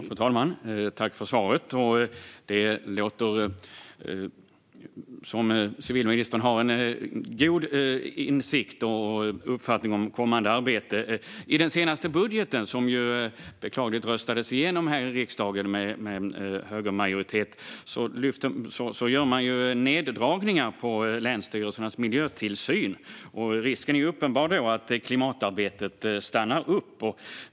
Fru talman! Jag tackar för svaret. Det låter som att civilministern har en god insikt i och uppfattning om kommande arbete. I den senaste budgeten, som beklagligt röstades igenom här i riksdagen med högermajoritet, gör man neddragningar på länsstyrelsernas miljötillsyn. Risken är uppenbar att klimatarbetet därmed stannar upp.